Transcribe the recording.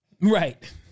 right